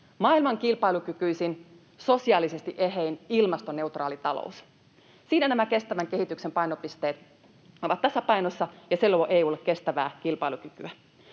maailman kilpailukykyisin, sosiaalisesti ehein, ilmastoneutraali talous — siinä nämä kestävän kehityksen painopisteet ovat tasapainossa, ja se luo EU:lle kestävää kilpailukykyä.